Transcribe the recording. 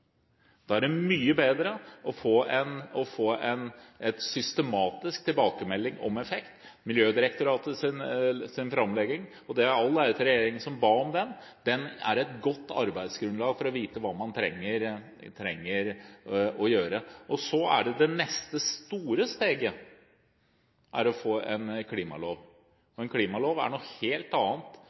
Da er det mye bedre å få en systematisk tilbakemelding om effekt. Miljødirektoratets framlegging – og all ære til regjeringen som ba om den – er et godt arbeidsgrunnlag for å vite hva man trenger å gjøre. Så er det neste store steget å få en klimalov, og en klimalov er noe helt annet